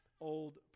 old